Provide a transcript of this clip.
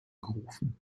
gerufen